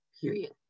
period